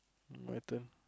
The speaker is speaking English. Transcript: my turn